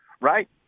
Right